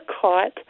Caught